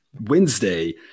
Wednesday